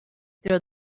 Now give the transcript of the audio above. throw